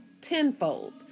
tenfold